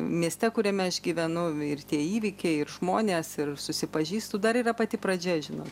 mieste kuriame aš gyvenu ir tie įvykiai ir žmonės ir susipažįstu dar yra pati pradžia žinot